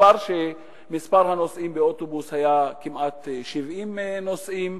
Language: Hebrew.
דובר על כך שהיו באוטובוס כמעט 70 נוסעים.